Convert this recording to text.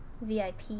VIP